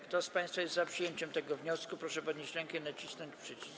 Kto z państwa jest za przyjęciem tego wniosku, proszę podnieść rękę i nacisnąć przycisk.